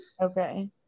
Okay